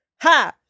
Ha